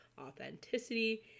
authenticity